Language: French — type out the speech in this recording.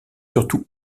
surtout